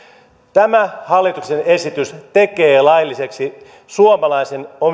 tämä hallituksen esitys tekee lailliseksi suomalaisen